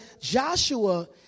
Joshua